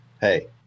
Hey